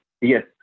Yes